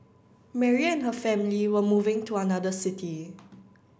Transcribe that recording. Mary and her family were moving to another city